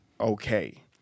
okay